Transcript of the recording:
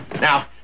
Now